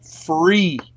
free